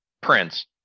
Prince